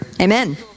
Amen